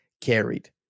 carried